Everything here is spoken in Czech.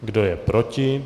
Kdo je proti?